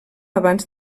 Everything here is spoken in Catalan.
abans